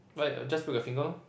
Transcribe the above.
fine just break your finger loh